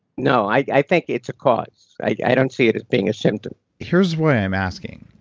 no. i think it's a cause. i don't see it as being a symptom here's why i'm asking.